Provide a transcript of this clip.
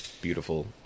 beautiful